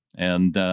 and,